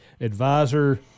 advisor